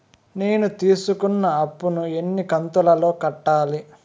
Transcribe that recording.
నేను తీసుకున్న అప్పు ను ఎన్ని కంతులలో కట్టాలి?